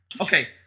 okay